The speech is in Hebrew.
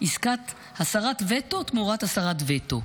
עסקת הסרת וטו תמורת הסרת וטו.